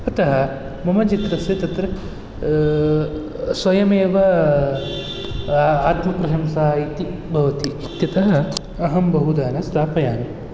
अतः मम चित्रस्य तत्र स्वयमेव आत्मप्रशंसा इति भवति इत्यतः अहं बहुधा न स्थापयामि